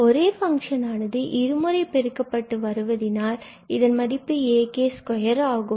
ஒரே பங்க்ஷன் ஆனது இருமுறை பெருக்கப்பட்டு வருவதினால் இதன் மதிப்பு ak2ஆகும்